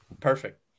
Perfect